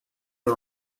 are